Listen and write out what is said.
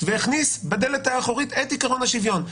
והכניס בדלת האחורית את עיקרון השוויון.